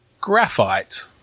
Graphite